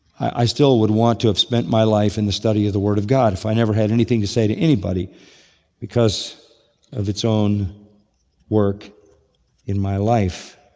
i still would want to have spent my life in the study of the word of god. if i never had anything to say to anybody because of its own work in my life.